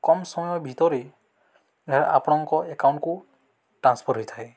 କମ୍ ସମୟ ଭିତରେ ଆପଣଙ୍କ ଏକାଉଣ୍ଟକୁ ଟ୍ରାନ୍ସଫର୍ ହୋଇଥାଏ